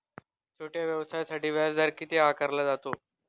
छोट्या व्यवसायासाठी व्याजदर किती आकारला जातो?